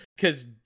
Cause